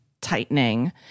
tightening